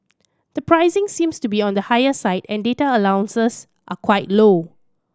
the pricing seems to be on the higher side and data allowances are quite low